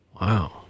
Wow